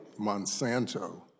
Monsanto